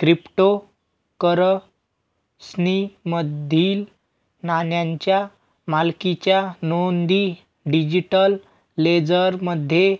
क्रिप्टोकरन्सीमधील नाण्यांच्या मालकीच्या नोंदी डिजिटल लेजरमध्ये